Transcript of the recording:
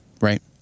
Right